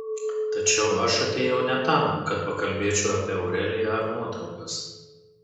tačiau aš atėjau ne tam kad pakalbėčiau apie aureliją ar nuotraukas